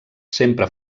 sempre